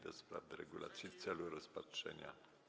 do spraw deregulacji w celu rozpatrzenia.